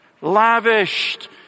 lavished